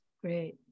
Great